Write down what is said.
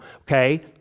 okay